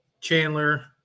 chandler